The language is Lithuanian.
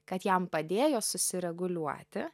kad jam padėjo susireguliuoti